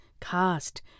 cast